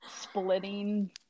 splitting